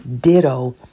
Ditto